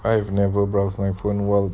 I have never brows my phone while